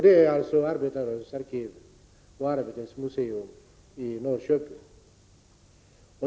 Det är Arbetarrörelsens arkiv och Arbetets museum i Norrköping.